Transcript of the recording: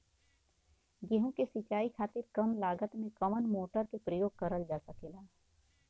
गेहूँ के सिचाई खातीर कम लागत मे कवन मोटर के प्रयोग करल जा सकेला?